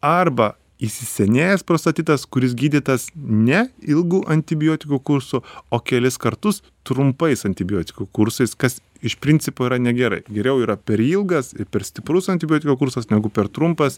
arba įsisenėjęs prostatitas kuris gydytas ne ilgu antibiotikų kursu o kelis kartus trumpais antibiotikų kursais kas iš principo yra negerai geriau yra per ilgas ir per stiprus antibiotiko kursas negu per trumpas